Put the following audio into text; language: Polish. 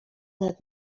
nad